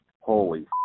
Holy